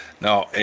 No